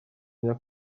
njya